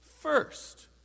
First